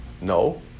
No